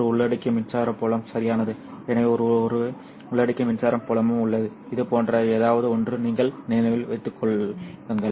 ஒரு உள்ளடிக்கிய மின்சார புலம் சரியானது எனவே ஒரு உள்ளடிக்கிய மின்சார புலமும் உள்ளது இது போன்ற ஏதாவது ஒன்றை நீங்கள் நினைவில் வைத்திருந்தால்